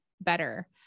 better